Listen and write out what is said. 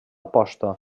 aposta